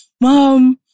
Mom